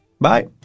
Bye